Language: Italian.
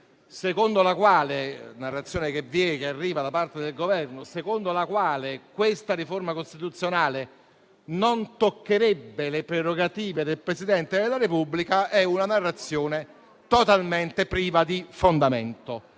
secondo la quale questa riforma costituzionale non toccherebbe le prerogative del Presidente della Repubblica, sia totalmente priva di fondamento.